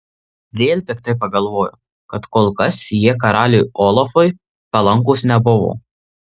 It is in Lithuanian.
vėl piktai pagalvojo kad kol kas jie karaliui olafui palankūs nebuvo